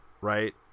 right